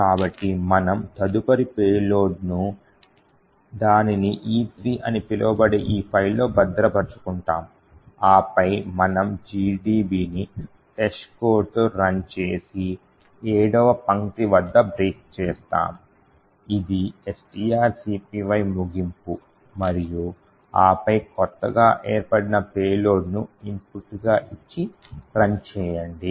కాబట్టి మనము తదుపరి పేలోడ్ ను దానిని E3 అని పిలవబడే ఈ ఫైల్లో భద్రపరుచుకుంటాము ఆపై మనము GDBని testcodeతో రన్ చేసి 7వ పంక్తి వద్ద బ్రేక్ చేస్తాము ఇది strcpy ముగింపు మరియు ఆపై కొత్తగా ఏర్పడిన పేలోడ్ను ఇన్పుట్గా ఇచ్చి రన్ చేయండి